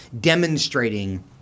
demonstrating